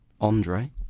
Andre